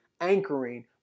anchoring